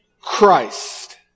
Christ